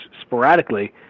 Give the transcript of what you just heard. sporadically